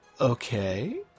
Okay